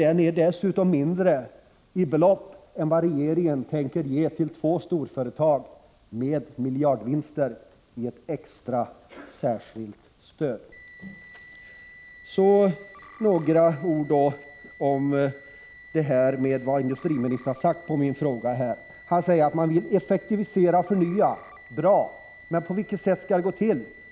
Det är dessutom mindre än det belopp regeringen tänker ge i särskilt stöd till två storföretag med miljardvinster. Så några ord om industriministerns svar på min fråga. Industriministern säger att man vill effektivisera och förnya. Bra, men på vilket sätt skall det ske?